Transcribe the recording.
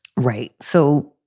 right. so,